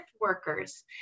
workers